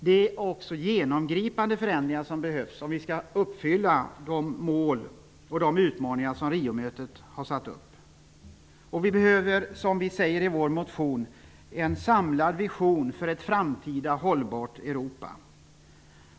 Det behövs också genomgripande förändringar för att vi skall kunna uppnå och svara mot Rio-mötets mål och utmaningar. Det behövs, som vi skriver i vår motion, en samlad vision för ett framtida hållbart Europa.